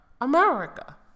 America